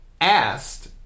asked